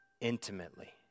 intimately